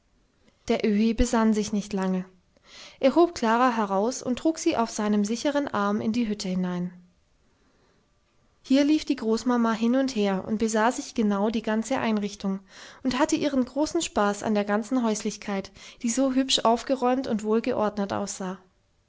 der öhi besann sich nicht lange er hob klara heraus und trug sie auf seinem sicheren arm in die hütte hinein hier lief die großmama hin und her und besah sich genau die ganze einrichtung und hatte ihren großen spaß an der ganzen häuslichkeit die so hübsch aufgeräumt und wohlgeordnet aussah